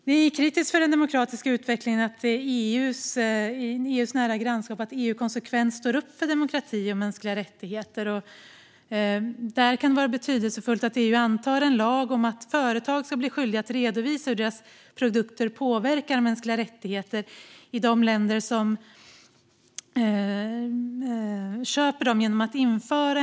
Det är kritiskt för den demokratiska utvecklingen i EU:s nära grannskap att EU konsekvent står upp för demokrati och mänskliga rättigheter. Det kan därför vara betydelsefullt att EU antar en lag om så kallad human rights and environmental due diligence, att företag ska bli skyldiga att redovisa hur deras produkter påverkar mänskliga rättigheter i de länder som köper dem.